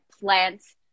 plants